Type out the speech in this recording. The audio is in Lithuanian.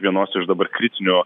vienos iš dabar kritinių